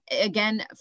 again